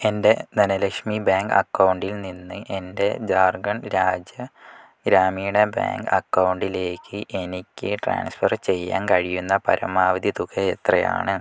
എൻ്റെ ധനലക്ഷ്മി ബാങ്ക് അക്കൗണ്ടിൽ നിന്ന് എൻ്റെ ജാർഖണ്ഡ് രാജ്യ ഗ്രാമീണ ബാങ്ക് അക്കൗണ്ടിലേക്ക് എനിക്ക് ട്രാൻസ്ഫർ ചെയ്യാൻ കഴിയുന്ന പരമാവധി തുക എത്രയാണ്